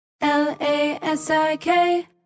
L-A-S-I-K